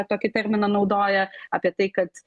tokį terminą naudoja apie tai kad